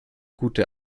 gute